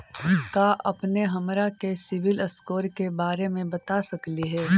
का अपने हमरा के सिबिल स्कोर के बारे मे बता सकली हे?